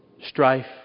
strife